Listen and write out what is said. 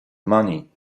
money